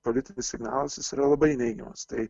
politinis signalas jis yra labai neigiamas tai